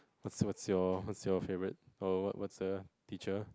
what's what's your what's your favourite or what's what's a teacher